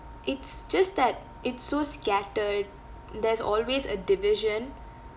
it's just that it's so scattered there's always a division